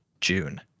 June